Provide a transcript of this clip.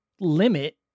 limit